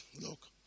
look